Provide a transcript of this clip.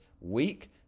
week